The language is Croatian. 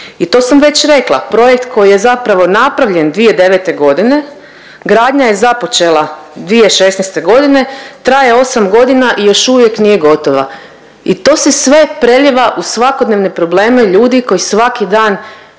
i to sam već rekla, projekt koji je zapravo napravljen 2009. g., gradnja je započela 2016. g., traje 8 godina i još uvijek nije gotova. I to se sve prelijeva uz svakodnevne probleme ljudi koji svaki dan